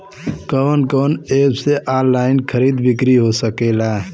कवन कवन एप से ऑनलाइन खरीद बिक्री हो सकेला?